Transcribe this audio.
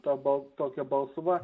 ta bal tokia balsva